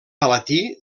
palatí